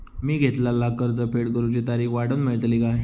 मी घेतलाला कर्ज फेड करूची तारिक वाढवन मेलतली काय?